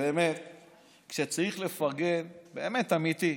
שכשצריך לפרגן, באמת, אמיתי,